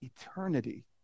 eternity